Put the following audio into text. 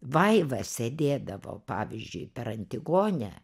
vaiva sėdėdavo pavyzdžiui per antigonę